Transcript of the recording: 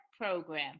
Program